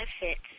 benefits